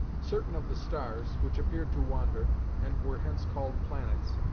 certain of the stars, which appeared to wander, and were hence called planets,